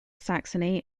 saxony